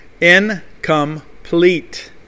incomplete